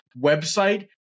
website